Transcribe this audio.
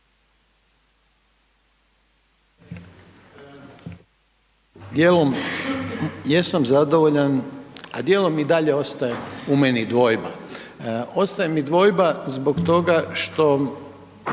Dijelom jesam zadovoljan a dijelom i dalje ostaje u meni dvojba. Ostaje mi dvojba zbog toga što